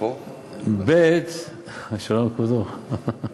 שלום לכבודו.